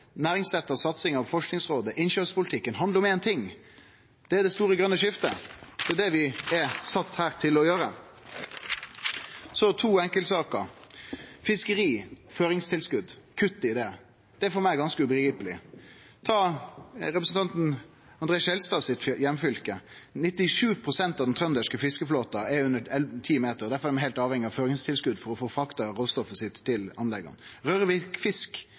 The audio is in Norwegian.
næringsretta satsing av Forskingsrådet og innkjøpspolitikken handle om éin ting – det store, grøne skiftet. Det er det vi er sette her til å gjere. Så to enkeltsaker, først kuttet i fiskeriføringstilskotet. Det er for meg ganske ubegripeleg. Ta representanten Andre N. Skjelstad sitt heimfylke: 97 pst. av den trønderske fiskeflåten er under ti meter, difor er dei heilt avhengige av føringstilskot for å få frakta råstoffet sitt til anlegga. Rørvik Fisk